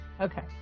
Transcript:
okay